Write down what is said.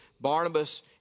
Barnabas